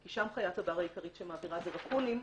כי שם חיית הבר העיקרית שמעבירה את זה היא רקונים,